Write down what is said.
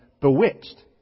bewitched